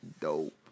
dope